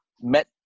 met